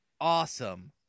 Awesome